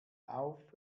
auf